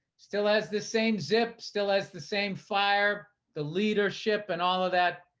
still as the same zip still as the same fire, the leadership and all of that.